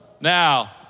now